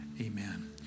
amen